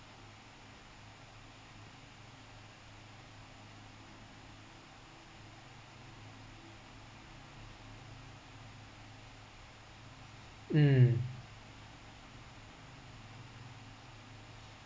mm